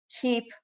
keep